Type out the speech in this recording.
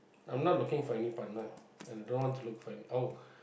I'm not looking for any partner and I don't want to look for any oh